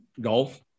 golf